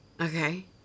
Okay